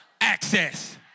access